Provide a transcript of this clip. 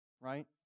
right